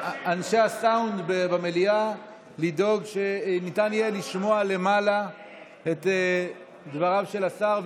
מאנשי הסאונד במליאה לדאוג שניתן יהיה לשמוע למעלה את דבריו של השר,